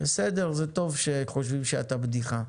בסדר זה טוב שחושבים שאתה בדיחה.